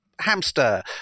hamster